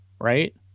right